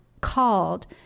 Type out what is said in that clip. called